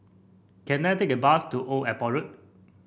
can I take a bus to Old Airport Road